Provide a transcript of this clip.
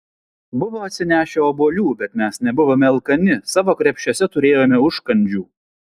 buvo atsinešę obuolių bet mes nebuvome alkani savo krepšiuose turėjome užkandžių